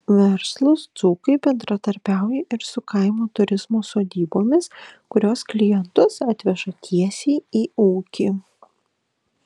verslūs dzūkai bendradarbiauja ir su kaimo turizmo sodybomis kurios klientus atveža tiesiai į ūkį